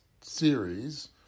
series